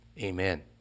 amen